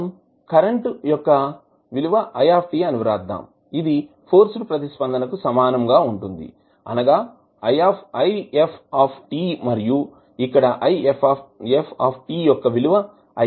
మనం కరెంటు యొక్క విలువ i అని వ్రాద్దాం ఇది ఫోర్స్ ప్రతిస్పందనకు సమానంగా ఉంటుంది అనగా if మరియు ఇక్కడ if యొక్క విలువ IS